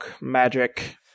magic